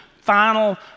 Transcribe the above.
final